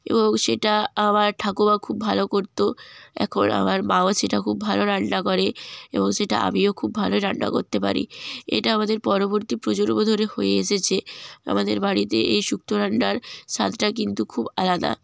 এবং সেটা আমার ঠাকুমা খুব ভালো করতো এখন আমার মাও সেটা খুব ভালো রান্না করে এবং সেটা আমিও খুব ভালো রান্না করতে পারি এটা আমাদের পরবর্তী প্রজন্ম ধরে হয়ে এসেছে আমাদের বাড়িতে এই শুক্ত রান্নার স্বাদটা কিন্তু খুব আলাদা